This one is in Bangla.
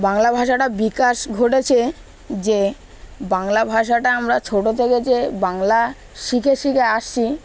বাংলা ভাষাটা বিকাশ ঘটেছে যে বাংলা ভাষাটা আমরা ছোটো থেকে যে বাংলা শিখে শিখে আসছি